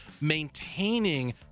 maintaining